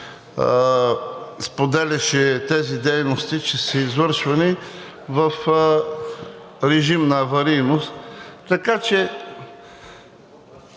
споделяше тези дейности, че са извършвани в режим на аварийност, така че,